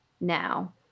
now